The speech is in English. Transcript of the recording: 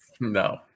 No